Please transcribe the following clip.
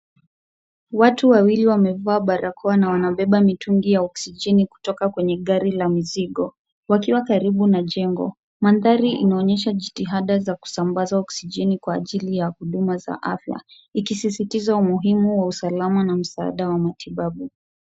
Watu wawili wameva barakoa na wanabeba mitungi ya oksigeni kutoka kwenye gari la mzigo wakiwa karibu na jengo. Mandhari inaonyesha jitihada za kusambaza oksigeni kwa ajili ya huduma za afya, ikisisitiza umuhimu wa usalama na msaada wa matibabu.